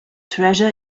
treasure